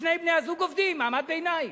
שני בני-הזוג עובדים, מעמד ביניים,